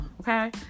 okay